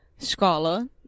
Escola